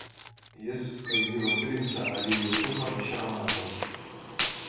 jis skraidino princą ali jusufą iš ramato